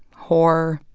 whore,